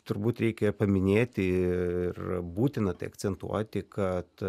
turbūt reikia paminėti ir būtina akcentuoti kad